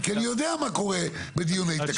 אני יודע מה קורה בדיוני תקציב.